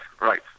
right